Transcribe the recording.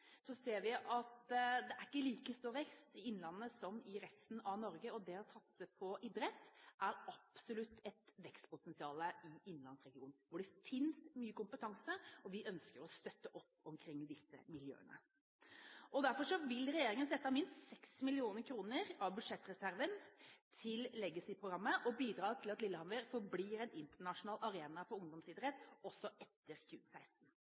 ser vi at det er ikke like stor vekst i innlandet som i resten av Norge. Det å satse på idrett er absolutt et vekstpotensial i innlandsregionen, hvor det finnes mye kompetanse. Vi ønsker å støtte opp om disse miljøene. Derfor vil regjeringen sette av minst 6 mill. kr av budsjettreserven til Legacy-programmet og bidra til at Lillehammer forblir en internasjonal arena for ungdomsidrett, også etter 2016.